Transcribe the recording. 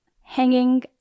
hanging